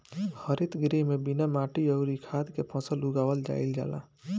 हरित गृह में बिना माटी अउरी खाद के फसल उगावल जाईल जाला